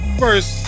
first